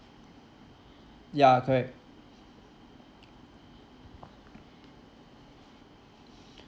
ya correct